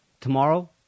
Tomorrow